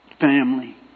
family